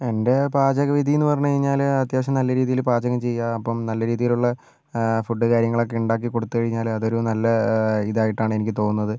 എന്റെ പാചകവിധി എന്ന് പറഞ്ഞു കഴിഞ്ഞാൽ അത്യാവശ്യം നല്ല രീതിയിൽ പാചകം ചെയ്യുക അപ്പം നല്ല രീതിയിലുള്ള ഫുഡ് കാര്യങ്ങളൊക്കെ ഉണ്ടാക്കി കൊടുത്ത് കഴിഞ്ഞാൽ അതൊരു നല്ല ഇതായിട്ടാണ് എനിക്ക് തോന്നുന്നത്